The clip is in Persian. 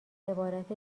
عبارت